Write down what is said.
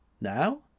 Now